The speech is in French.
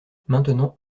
maintenant